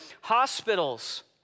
hospitals